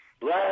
Black